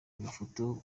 agafoto